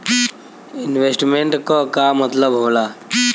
Investment क का मतलब हो ला?